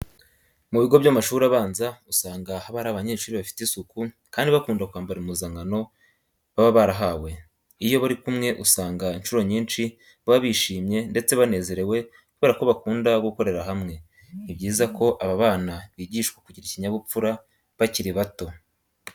Mu bigo by'amashuri abanza usanga haba hari abanyeshuri bafite isuku kandi bakunda kwambara impuzankano baba barahawe. Iyo bari kumwe usanga incuro nyinshi baba bishimye ndetse banezerewe kubera ko bakunda gukorera hamwe. Ni byiza ko aba bana bigishwa kugira ikinyabupfura bakiri bato.